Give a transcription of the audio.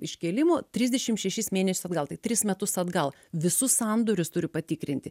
iškėlimo trisdešim šešis mėnesius atgal tai tris metus atgal visus sandorius turi patikrinti